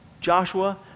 Joshua